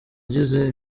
agize